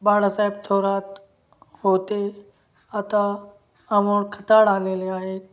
बाळासाहेब थोरात होते आता अमोल खताळ आलेले आहेत